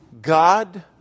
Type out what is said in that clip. God